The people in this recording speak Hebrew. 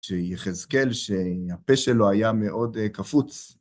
שיחזקל, שהפה שלו היה מאוד אה.. קפוץ.